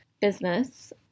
business